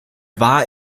war